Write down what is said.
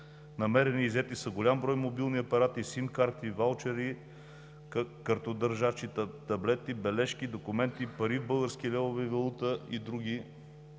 Намерени и иззети са голям брой мобилни апарати, SIM карти, ваучери, картодържачи, таблети, бележки, документи, пари – български левове и валута, и други